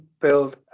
build